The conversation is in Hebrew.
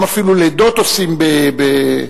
היום אפילו לידות עושים כך.